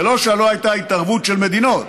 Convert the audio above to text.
זה לא שלא הייתה התערבות של מדינות,